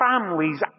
families